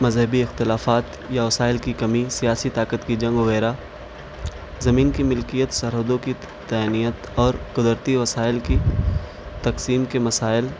مذہبی اختلافات یا وسائل کی کمی سیاسی طاقت کی جنگ وغیرہ زمین کی ملکیت سرحدوں کی طینیت اور قدرتی وسائل کی تقسیم کے مسائل